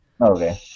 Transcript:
Okay